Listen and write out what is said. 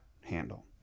handle